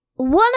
One